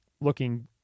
looking